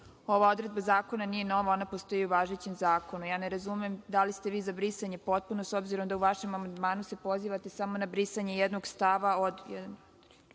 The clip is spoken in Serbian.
ova odredba zakona nije nova i ona postoji u važećem zakonu. Ne razumem da li ste vi za potpuno brisanje, s obzirom da se u vašem amandmanu pozivate samo na brisanje jednog stava od